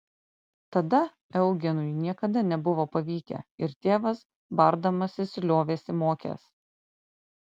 tada eugenui niekada nebuvo pavykę ir tėvas bardamasis liovėsi mokęs